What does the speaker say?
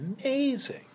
amazing